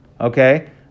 Okay